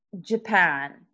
Japan